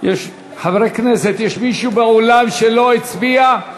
חברי הכנסת, יש באולם מישהו שלא הצביע?